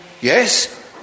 yes